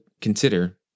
consider